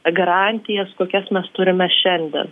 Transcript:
garantijas kokias mes turime šiandien